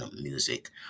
music